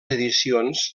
edicions